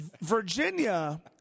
Virginia